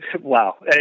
Wow